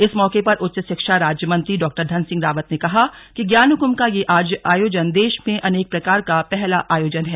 इस मौके पर उच्च शिक्षा राज्य मंत्री डॉधन सिंह रावत ने कहा कि ज्ञान कृम्भ का यह आयोजन देश में अपने प्रकार का पहला आयोजन है